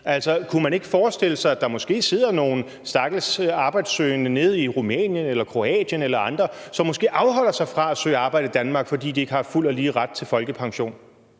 sige. Kunne man ikke forestille sig, at der måske sidder nogle stakkels arbejdssøgende nede i Rumænien eller Kroatien eller andre steder, som måske afholder sig fra at søge arbejde i Danmark, fordi de ikke har fuld og lige ret til folkepension?